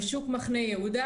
בשוק מחנה יהודה,